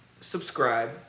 subscribe